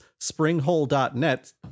springhole.net